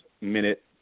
minute